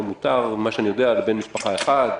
היום מותר לבן משפחה אחד לבקר.